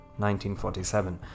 1947